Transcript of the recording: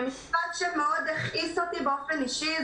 זה משפט שהכעיס אותי מאוד באופן אישי.